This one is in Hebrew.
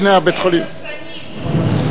הנה, הבית-חולים.